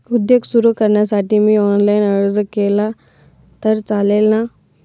उद्योग सुरु करण्यासाठी मी ऑनलाईन अर्ज केला तर चालेल ना?